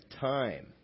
time